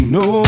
no